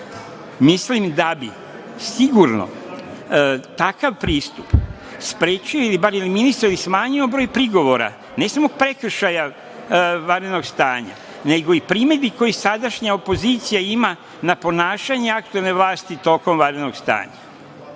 mislim da bi sigurno takav pristup sprečio ili smanjio broj prigovora, ne samo prekršaja vanrednog stanja, nego i primedbi koje sadašnja opozicija ima na ponašanje aktuelne vlasti tokom vanrednog stanja.